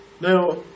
Now